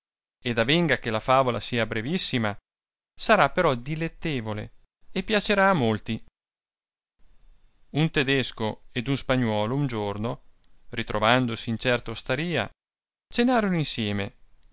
ed avenga che la favola sia brevissima sarà però dilettevole e piacerà a molti un tedesco ed un spagnuolo un giorno ritrovandosi in certa osteria cenarono insieme